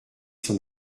son